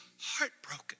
heartbroken